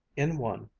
in one,